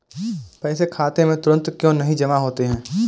पैसे खाते में तुरंत क्यो नहीं जमा होते हैं?